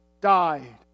died